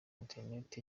internet